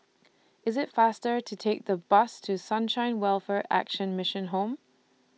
IS IT faster to Take The Bus to Sunshine Welfare Action Mission Home